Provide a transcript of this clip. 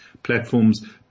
platforms